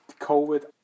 COVID